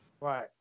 Right